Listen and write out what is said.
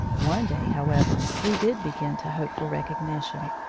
one day, however, we did begin to hope for recognition.